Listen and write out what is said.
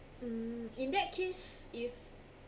um in that case if